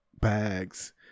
bags